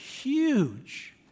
huge